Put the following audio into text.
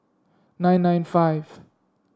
nine nine five